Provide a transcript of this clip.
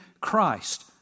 Christ